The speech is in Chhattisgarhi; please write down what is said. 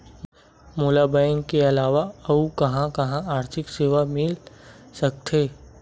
मोला बैंक के अलावा आऊ कहां कहा आर्थिक सेवा मिल सकथे?